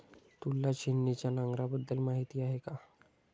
तुला छिन्नीच्या नांगराबद्दल माहिती आहे का?